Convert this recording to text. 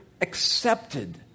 accepted